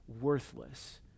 worthless